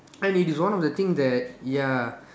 and it is one of the thing that ya